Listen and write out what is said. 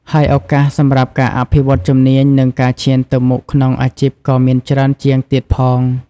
ហើយឱកាសសម្រាប់ការអភិវឌ្ឍន៍ជំនាញ និងការឈានទៅមុខក្នុងអាជីពក៏មានច្រើនជាងទៀតផង។